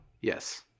Yes